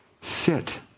Sit